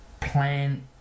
plan